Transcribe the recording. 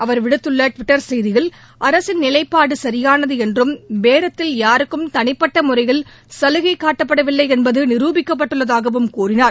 அவர் விடுத்துள்ள டுவிட்டர் செய்தியில் அரசின் நிலைப்பாடு சரியானது என்றும் பேரத்தில் யாருக்கும் தனிப்பட்ட முறையில் சலுகை காட்டப்படவில்லை என்பத நிரூபிக்கப்பட்டுள்ளதாகவும் கூறினார்